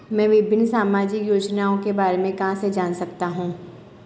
मैं विभिन्न सामाजिक योजनाओं के बारे में कहां से जान सकता हूं?